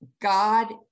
god